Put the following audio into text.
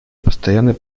постоянный